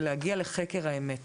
ולהגיע לחקר האמת,